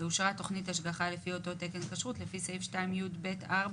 למשל היה סמל עם ייחודיות מאוד מאוד --- מה,